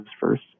first